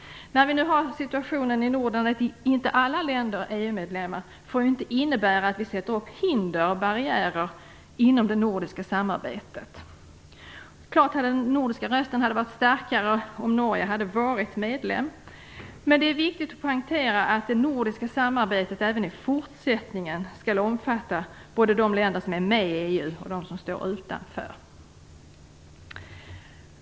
Situationen att inte alla nordiska länder är EU medlemmar får inte innebära att vi sätter upp hinder och barriärer för det nordiska samarbetet. Det är klart att den nordiska rösten hade varit starkare om Norge hade blivit medlem. Men det är viktigt att poängtera att det nordiska samarbetet även i fortsättningen skall omfatta både de länder som är med i EU och de som står utanför.